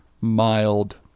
mild